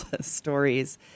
stories